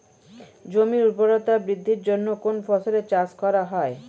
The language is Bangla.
জমির উর্বরতা বৃদ্ধির জন্য কোন ফসলের চাষ করা হয়?